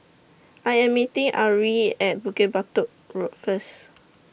I Am meeting Ari At Bukit Batok Road First